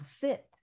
fit